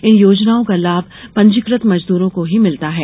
इन योजनाओं का लाभ पंजीकृत मजदूरों को ही मिलता है